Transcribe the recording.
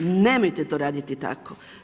Nemojte to raditi tako.